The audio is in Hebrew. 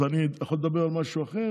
אז אני יכול לדבר על משהו אחר,